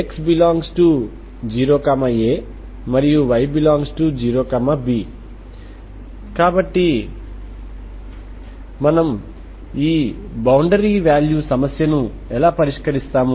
ఈ X కోసం ఇది మీకు స్టర్మ్ లియోవిల్లే సమస్యను ఇస్తుంది